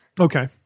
Okay